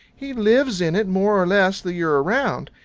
he lives in it more or less the year around.